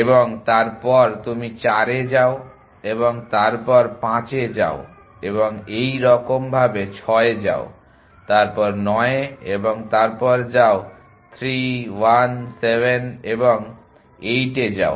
এবং তারপর তুমি 4 এ যাও এবং তারপর 5 এ যাও এবং একইরকম ভাবে 6 এ যাও তারপর 9 এ এবং তারপর যাও 3 1 7 এবং 8 এ যাও